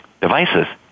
devices